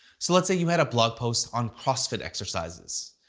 so let's say you had a blog post on crossfit exercises.